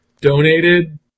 donated